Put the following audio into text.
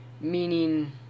meaning